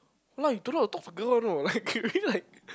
!walao! you don't know how to talk to girl one know like you really like